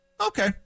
okay